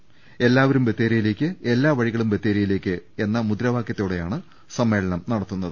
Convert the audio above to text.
എല്ലാവരും ബത്തേരിയിലേക്ക് എല്ലാ വഴികളും ബത്തേരിയിലേക്ക് മുദ്രാവാകൃത്തോടെയാണ് സമ്മേളനം നടക്കുന്നത്